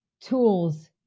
tools